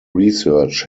research